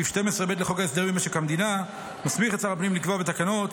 סעיף 12(ב) לחוק הסדרים במשק המדינה מסמיך את שר הפנים לקבוע בתקנות